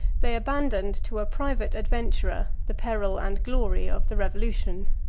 they abandoned to a private adventurer the peril and glory of the revolution.